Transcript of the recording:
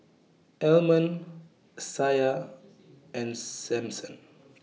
Almon Isiah and Samson